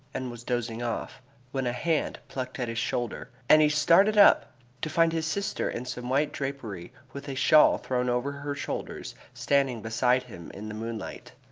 and was dozing off when a hand plucked at his shoulder, and he started up to find his sister in some white drapery, with a shawl thrown over her shoulders, standing beside him in the moonlight.